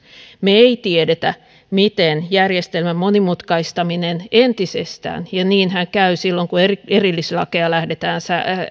me emme tiedä miten järjestelmän monimutkaistaminen entisestään ja niinhän käy silloin kun erillislakeja lähdetään